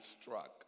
struck